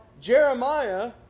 Jeremiah